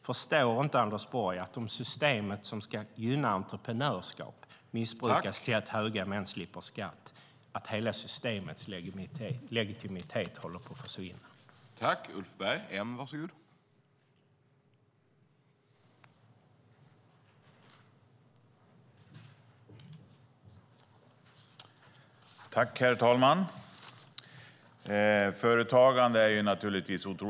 Förstår inte Anders Borg att hela systemets legitimitet håller på att försvinna om detta system, som ska gynna entreprenörskap, missbrukas så att högavlönade män slipper skatt?